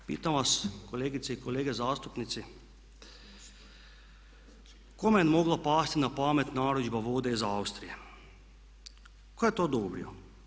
Pitam vas kolegice i kolege zastupnici, kome je moglo pasti na pamet narudžba vode iz Austrije, tko je to odobrio?